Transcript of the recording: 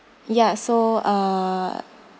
ya so uh